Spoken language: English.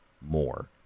more